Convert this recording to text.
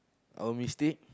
our mistake